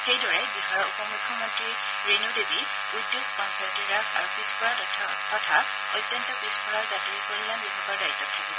সেইদৰে বিহাৰৰ উপ মুখ্যমন্ত্ৰী ৰেণু দেৱী উদ্যোগ পঞ্চায়তীৰাজ আৰু পিছপৰা তথা অত্যন্ত পিছপৰা সম্প্ৰদায় কল্যাণ বিভাগৰ দায়িত্বত থাকিব